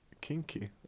Kinky